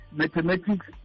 mathematics